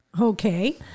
Okay